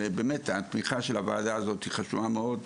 והתמיכה של הוועדה הזאת חשובה מאוד,